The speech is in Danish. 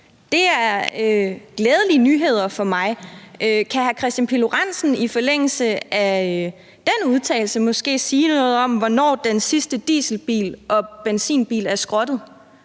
er glædelige nyheder for mig. Kan hr. Kristian Pihl Lorentzen i forlængelse af den udtalelse måske sige noget om, hvornår den sidste dieselbil og benzinbil er skrottet,